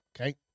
Okay